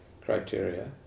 criteria